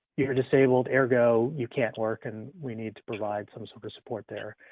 you're disabled ergo, you can't work and we need to provide some sort of support there,